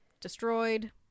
destroyed